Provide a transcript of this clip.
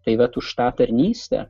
tai vat už tą tarnystę